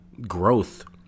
growth